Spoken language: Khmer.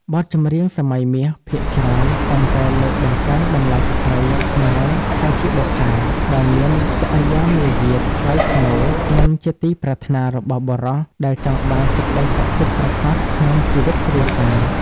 បទចម្រៀងសម័យមាសភាគច្រើនតែងតែលើកតម្កើងតម្លៃស្រ្តីខ្មែរថាជា "បុប្ផា" ដែលមានចរិយាមារយាទថ្លៃថ្នូរ និងជាទីប្រាថ្នារបស់បុរសដែលចង់បានសេចក្តីសុខពិតប្រាកដក្នុងជីវិតគ្រួសារ។